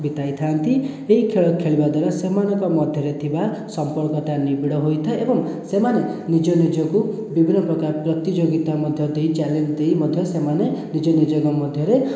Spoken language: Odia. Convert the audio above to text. ବିତାଇ ଥାଆନ୍ତି ଏହି ଖେଳ ଖେଳିବା ଦ୍ୱାରା ସେମାନଙ୍କ ମଧ୍ୟରେ ଥିବା ସମ୍ପର୍କ ନିବିଡ଼ ହୋଇଥାଏ ଏବଂ ସେମାନେ ନିଜ ନିଜକୁ ବିଭିନ୍ନ ପ୍ରକାର ପ୍ରତିଯୋଗିତା ମଧ୍ୟ ଦେଇ ଚାଲିଥାନ୍ତି ମଧ୍ୟ ସେମାନେ ନିଜ ମଧ୍ୟରେ